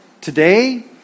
Today